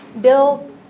Bill